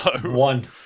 One